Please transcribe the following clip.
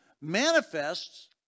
manifests